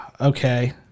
Okay